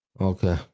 Okay